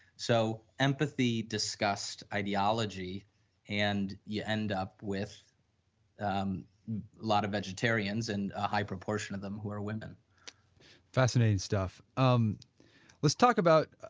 so, empathy discussed ideology and you end up with um lot of vegetarians and ah high proportion of them who are women fascinating stuff. um let's talk about,